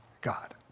God